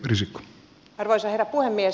arvoisa herra puhemies